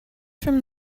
from